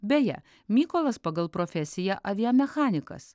beje mykolas pagal profesiją aviamechanikas